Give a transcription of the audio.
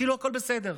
כאילו הכול בסדר,